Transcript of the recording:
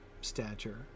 stature